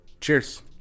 cheers